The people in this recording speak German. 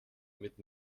mit